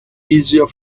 easier